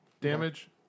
damage